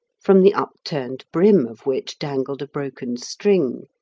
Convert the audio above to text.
from the up-turned brim of which dangled a broken string.